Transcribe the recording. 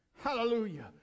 Hallelujah